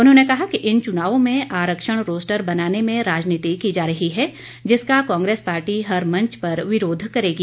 उन्होंने कहा कि इन चुनावों में आरक्षण रोस्टर बनाने में राजनीति की जा रही है जिसका कांग्रेस पार्टी हर मंच पर विरोध करेगी